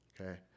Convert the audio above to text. Okay